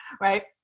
right